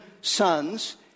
sons